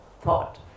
thought